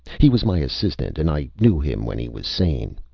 he was my assistant and i knew him when he was sane.